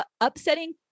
upsetting